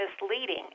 misleading